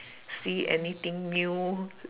see anything new